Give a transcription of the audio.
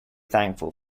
thankful